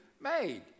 made